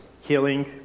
healing